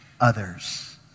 others